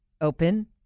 Open